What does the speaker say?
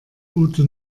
ute